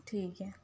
ٹھیک ہے